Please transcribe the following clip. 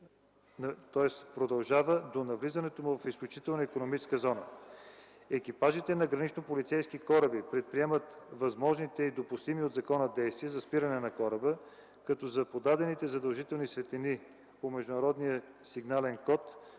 и продължава до навлизането му в изключителна икономическа зона. Екипажите на гранично полицейските кораби предприемат възможните и допустими от закона действия за спиране на кораба, като са подадени задължителни светлини по международния сигнален код,